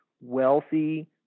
wealthy